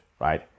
right